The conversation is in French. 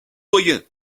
doyen